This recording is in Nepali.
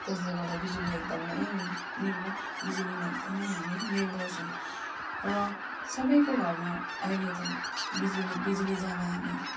त्यसले गर्दा बिजुली एकदमै निर्भर बिजुलीमा एकदमै हामी निर्भर छौँ र सबैको घरमा अहिले त बिजुली बिजुली जाँदा हामी